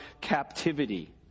captivity